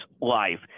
life